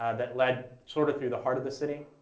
ah that led sort of through the heart of the city.